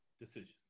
decisions